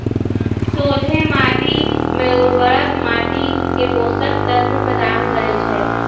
सोझें माटी में उर्वरक माटी के पोषक तत्व प्रदान करै छइ